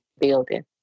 building